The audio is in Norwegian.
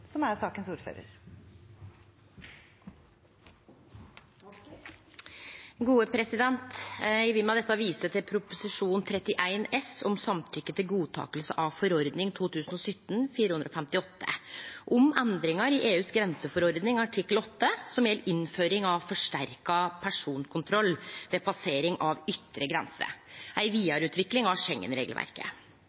Eg vil med dette vise til Prop. 31 S for 2018–2019 om samtykke til godtaking av forordning 2017/458 om endringar i EUs grenseforordning artikkel 8, som gjeld innføring av forsterka personkontroll ved passering av ytre grenser, ei vidareutvikling av